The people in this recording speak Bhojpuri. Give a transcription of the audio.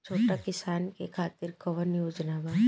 छोटा किसान के खातिर कवन योजना बा?